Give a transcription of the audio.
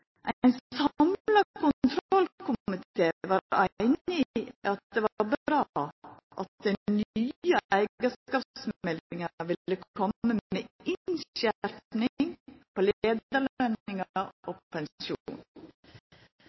Ein samla kontrollkomité var einig i at det var bra at den nye eigarskapsmeldinga ville koma med innskjerping av